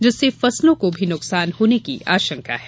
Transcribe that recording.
जिससे फसलों को भी नुकसान होने की आशंका है